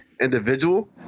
individual